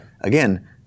again